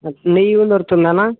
నెయ్యి కూడా దొరుకుతుందా అన్న